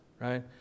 right